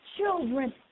children